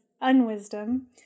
unwisdom